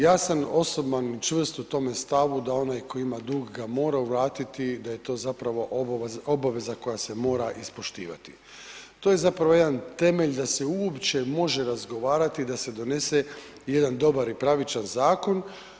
Ja sam osoban čvrst u tome stavu da onaj koji ima dug ga mora vratiti, da je to zapravo obaveza koja se mora ispoštivati, to je zapravo jedan temelj da se uopće može razgovarati, da se donese jedan dobar i pravičan zakon.